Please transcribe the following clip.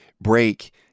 break